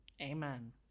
Amen